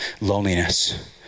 loneliness